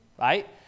right